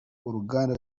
n’uruganda